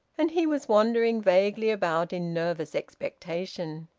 and he was wandering vaguely about in nervous expectation.